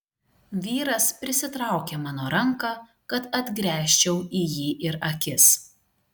vyras prisitraukė mano ranką kad atgręžčiau į jį ir akis